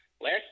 last